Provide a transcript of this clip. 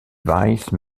vice